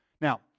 Now